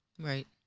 Right